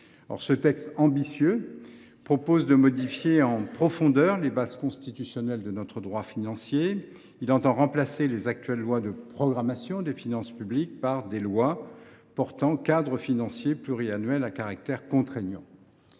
Ce texte ambitieux vise à modifier en profondeur les bases constitutionnelles de notre droit financier. Il prévoit de remplacer les actuelles lois de programmation des finances publiques par des lois portant cadre financier pluriannuel à caractère contraignant.